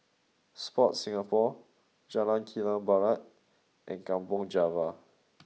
sport Singapore Jalan Kilang Barat and Kampong Java